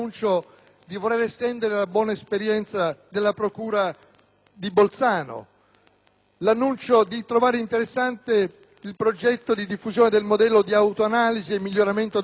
l'affermazione di trovare interessante il progetto di diffusione del modello di autoanalisi e miglioramento dei servizi. Trovo poi interessante l'istituzione dell'unità di monitoraggio